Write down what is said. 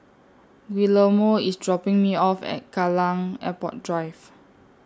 Guillermo IS dropping Me off At Kallang Airport Drive